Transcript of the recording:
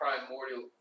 primordial